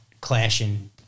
clashing